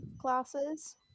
classes